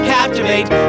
captivate